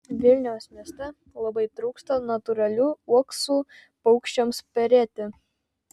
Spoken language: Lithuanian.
vilniaus mieste labai trūksta natūralių uoksų paukščiams perėti